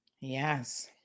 Yes